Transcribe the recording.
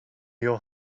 your